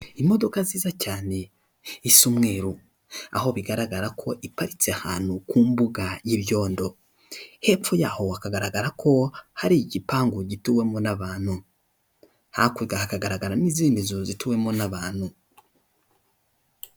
Imodoka nziza cyane isa umweru aho bigaragara ko iparitse ahantu ku mbuga y'ibyondo; hepfo yaho hakagaragara ko hari igipangu gituwemo n'abantu; hakurya hakagaragara n'izindi nzu zituwemo n'abantu.